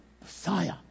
Messiah